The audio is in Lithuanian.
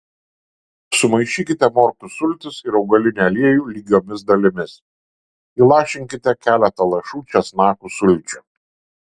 sumaišykite morkų sultis ir augalinį aliejų lygiomis dalimis įlašinkite keletą lašų česnakų sulčių